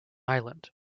island